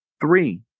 Three